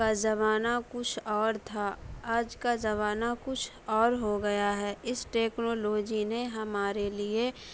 زبانہ کچھ اور تھا آج کا زبانہ کچھ اور ہو گیا ہے اس ٹیکنالوجی نے ہمارے لیے